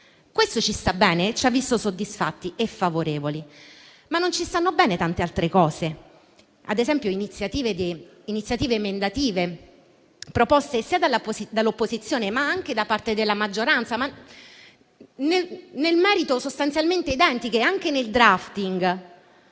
previsione ci sta bene e ci ha visto soddisfatti e favorevoli, ma non ci stanno bene tante altre cose, ad esempio la sorte di iniziative emendative proposte sia dalla opposizione, ma anche da parte della maggioranza, nel merito sostanzialmente identiche ma anche nel *drafting.*